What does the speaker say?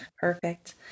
Perfect